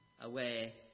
away